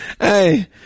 Hey